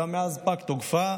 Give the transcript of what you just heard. אולם מאז פג תוקפה,